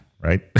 Right